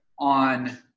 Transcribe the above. on